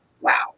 wow